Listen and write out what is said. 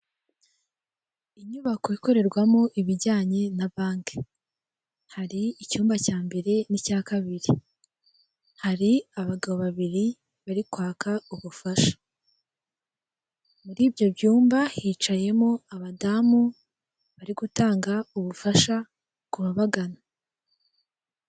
Inyubako ikorerwamo ibijyanye na banki hari icyumba cya mbere n'icya kabiri, hari abagabo babiri bari kwaka ubufasha, muri ibyo byumba hicayemo abadamu bari gutanga ubufasha ku babagana.